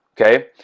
Okay